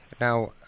Now